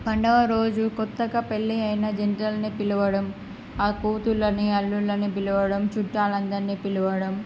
పండుగ రోజు కొత్తగా పెళ్ళి అయిన జంటలని పిలవడం ఆ కూతుళ్ళని అల్లుళ్ళని పిలవడం చుట్టాలందరిని పిలవడం